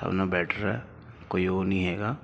ਸਭ ਨਾਲ ਬੈਟਰ ਹੈ ਕੋਈ ਉਹ ਨਹੀਂ ਹੈਗਾ